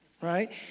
right